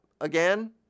again